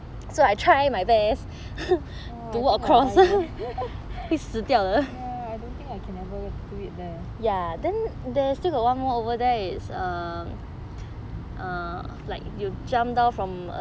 !wah! I don't think I I can never do it leh